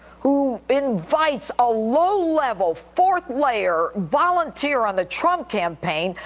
who invites a low-level, fourth layer volunteer on the trump campaign,